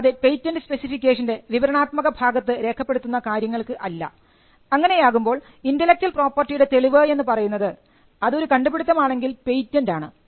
അല്ലാതെ പേറ്റൻറ് സ്പെസിഫിക്കേഷൻറെ വിവരണാത്മക ഭാഗത്ത് രേഖപ്പെടുത്തുന്ന കാര്യങ്ങൾക്ക് അല്ല അങ്ങനെയാകുമ്പോൾ ഇന്റെലക്ച്വൽ പ്രോപ്പർട്ടിയുടെ തെളിവ് എന്നു പറയുന്നത് അത് ഒരു കണ്ടുപിടുത്തം ആണെങ്കിൽ പേറ്റന്റ് ആണ്